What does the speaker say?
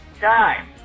time